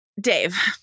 Dave